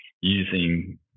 using